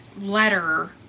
letter